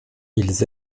ils